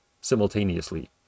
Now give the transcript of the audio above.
simultaneously